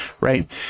right